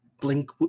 blink